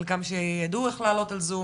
חלקם שידעו איך לעלות על זום,